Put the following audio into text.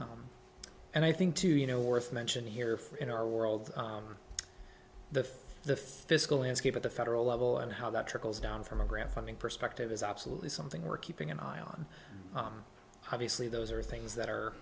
got and i think to you know worth mentioning here in our world the the fiscal inskeep at the federal level and how that trickles down from a grant funding perspective is absolutely something we're keeping an eye on obviously those are things that are